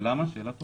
זאת שאלה טובה.